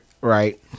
Right